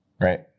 Right